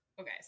Okay